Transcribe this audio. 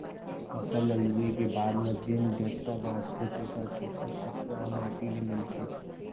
फसल ल लूए के बाद म जेन डेंटरा बांचथे तेकर पोसक तत्व ह माटी ले मिलथे